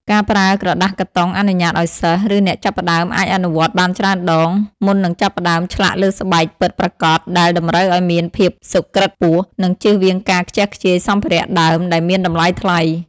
ការប្រើក្រដាសកាតុងអនុញ្ញាតឱ្យសិស្ស ឬអ្នកចាប់ផ្ដើមអាចអនុវត្តបានច្រើនដង មុននឹងចាប់ផ្ដើមឆ្លាក់លើស្បែកពិតប្រាកដដែលតម្រូវឱ្យមានភាពសុក្រិត្យខ្ពស់ និងជៀសវាងការខ្ជះខ្ជាយសម្ភារៈដើមដែលមានតម្លៃថ្លៃ។